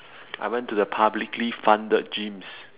I went to the publicly funded gyms